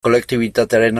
kolektibitatearen